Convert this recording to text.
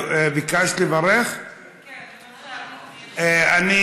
קודם יוליה.